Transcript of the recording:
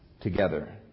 together